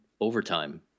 overtime